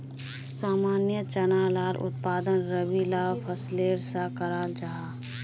सामान्य चना लार उत्पादन रबी ला फसलेर सा कराल जाहा